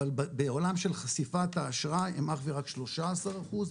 אבל בעולם של חשיפת האשראי הם אך ורק 13 אחוז,